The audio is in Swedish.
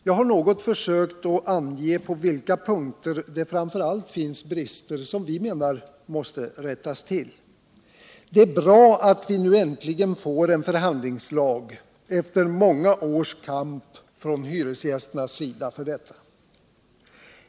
Jag har försökt att ange på vilka punkter det framför allt finns brister som vi menar måste rättas till. Det är bra att vi nu äntligen får en förhandlingslag efter många års kamp från hyresgästernas sida för detta.